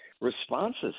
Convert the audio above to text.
responses